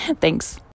Thanks